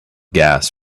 gas